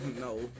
No